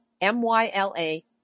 M-Y-L-A